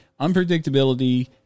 Unpredictability